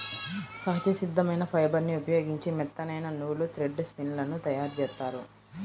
సహజ సిద్ధమైన ఫైబర్ని ఉపయోగించి మెత్తనైన నూలు, థ్రెడ్ స్పిన్ లను తయ్యారుజేత్తారు